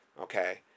Okay